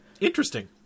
Interesting